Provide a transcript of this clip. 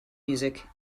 music